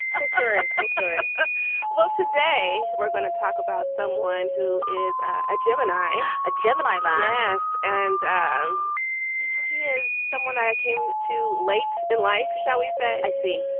i'm sorry. i'm sorry well, today we're going to talk about someone who is a gemini, a gemini, mars. and um you know, he is someone i came to late in life, shall we say. i see.